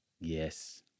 Yes